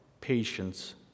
patience